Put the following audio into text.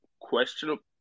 questionable